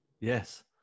Yes